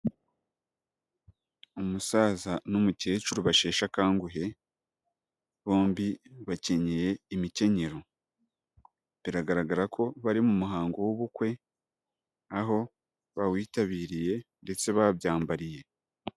Umusaza n'umukecuru basheshe akanguhe, bombi bakenyeye imikenyero. Biragaragara ko bari mu muhango w'ubukwe, aho bawitabiriye ndetse babyambariye.